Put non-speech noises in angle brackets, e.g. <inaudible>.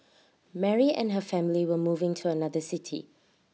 <noise> Mary and her family were moving to another city